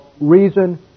reason